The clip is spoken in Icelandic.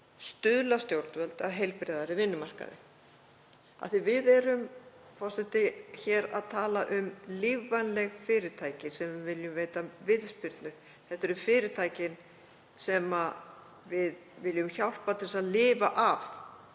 stuðla stjórnvöld að heilbrigðari vinnumarkaði. Við erum hér, forseti, að tala um lífvænleg fyrirtæki sem við viljum veita viðspyrnu. Þetta eru fyrirtækin sem við viljum hjálpa til að lifa af